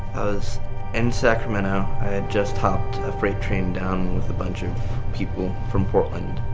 was in sacramento. i had just hopped a freight train down with a bunch of people from portland.